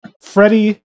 Freddie